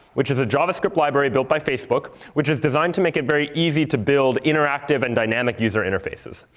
which is a javascript library built by facebook, which is designed to make it very easy to build interactive and dynamic user interfaces.